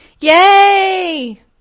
Yay